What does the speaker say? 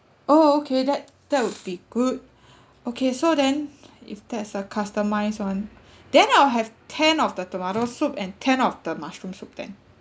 oh okay that that would be good okay so then if that's a customised one then I'll have ten of the tomato soup and ten of the mushroom soup then